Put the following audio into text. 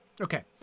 Okay